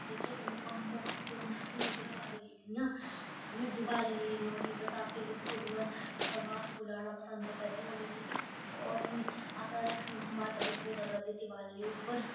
जेह्के परमुख ते मशहूर धयार होए जियां दीवाली लोह्ड़ी बसाखी इंदे च कुड़िये सल्वार सूट लाना पसंद करदियां हून बी होर बी अस लक्ष्मी माता दी पूजा करदे दीवाली उप्पर